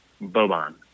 Boban